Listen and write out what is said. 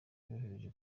yoherejwe